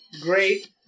Great